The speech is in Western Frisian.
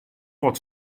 wat